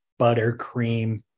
buttercream